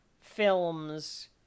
film's